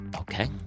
okay